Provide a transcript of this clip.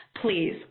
please